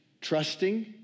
trusting